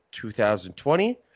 2020